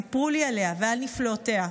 סיפרו לי עליה ועל נפלאותיה.